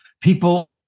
People